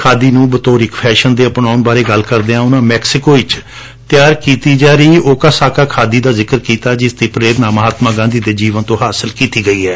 ਖਾਦੀ ਨੂੰ ਬਤੌਰ ਇਸ ਫੈਸ਼ਨ ਦੇ ਅਪਣਾਉਣ ਬਾਰੇ ਗੱਲ ਕਰਦਿਆਂ ਉਨੂਾਂ ਮੈਕਸੀਕੋ ਵਿਚ ਤਿਆਰ ਕੀਤੀ ਜਾ ਰਹੀ ਉਕਸਾਕਾ ਖਾਦੀ ਦਾ ਜ਼ਿਕਰ ਕੀਤਾ ਜਿਸ ਦੀ ਪ੍ਰੇਰਣਾ ਮਹਾਤਮਾ ਗਾਂਧੀ ਦੇ ਜੀਵਨ ਤੌਂ ਲਈ ਗਈ ਹੈ